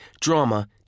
drama